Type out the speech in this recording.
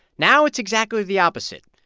now it's exactly the opposite.